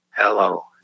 Hello